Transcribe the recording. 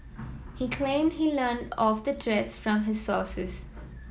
he claimed he learn of the from his sources